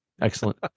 excellent